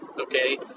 okay